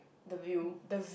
the view